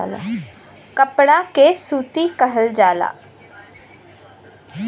कपड़ा के सूती कहल जाला